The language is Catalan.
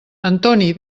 antoni